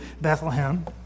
Bethlehem